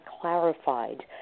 clarified